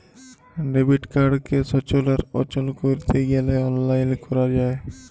debit কাড়কে সচল আর অচল ক্যরতে গ্যালে অললাইল ক্যরা যায়